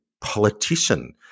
politician